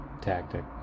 tactic